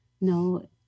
No